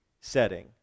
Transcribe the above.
setting